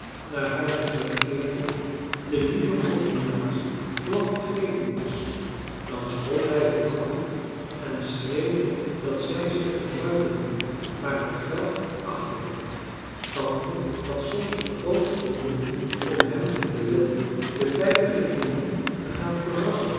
naar huis terugkeerde de nieuwe combinatie glad vergeten was dan schold hij op hanna en schreeuwde dat zij zich gebruiken liet maar het geld achterhield tante had soms de grootste moeite om hem te beletten de beide gelieven te gaan verrassen